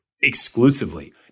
exclusively